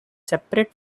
separate